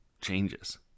changes